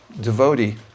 devotee